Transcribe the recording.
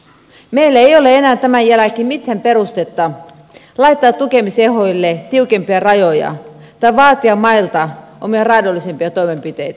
meillä ei ole enää tämän jälkeen mitään perustetta laittaa tukemisehdoille tiukempia rajoja tai vaatia mailta omia raadollisempia toimenpiteitä